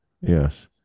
Yes